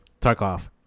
Tarkov